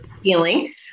feeling